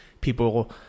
people